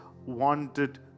wanted